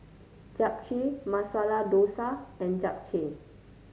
Japchae Masala Dosa and Japchae